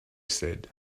said